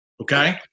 Okay